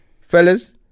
fellas